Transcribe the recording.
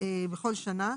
בכל שנה,